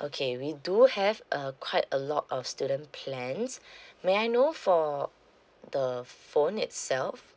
okay we do have uh quite a lot of student plans may I know for the phone itself